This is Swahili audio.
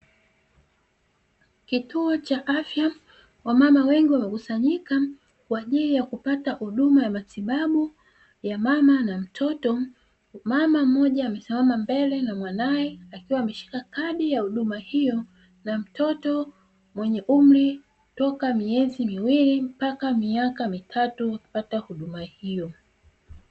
Kituo cha afya, wamama wengi wamekusanyika kwa ajili ya kupata huduma ya matibabu ya mama na mtoto. Mama mmoja amesimama mbele na mwanae akiwa ameshika kadi ya huduma hiyo, na mtoto mwenye umri toka miezi miwili mpaka miaka mitatu wakipata huduma hiyo.